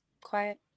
quiet